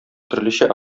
төрлечә